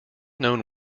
known